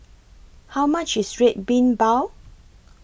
How much IS Red Bean Bao